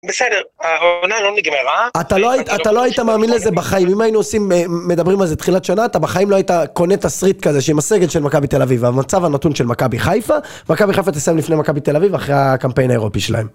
בסדר, העונה לא נגמרה. אתה לא היית מאמין לזה בחיים, אם היינו מדברים על זה תחילת שנה אתה בחיים לא היית קונה תסריט כזה שעם הסגל של מכבי תל אביב והמצב הנתון של מכבי חיפה, מכבי חיפה תסיים לפני מכבי תל אביב אחרי הקמפיין האירופי שלהם.